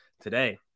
today